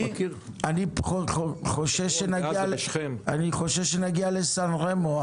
אני חושש שנגיע לסן רמו.